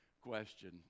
question